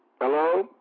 Hello